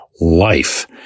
life